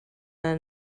her